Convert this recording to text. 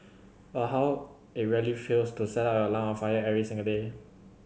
or how it really feels to set your lungs on fire every single day